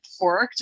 porked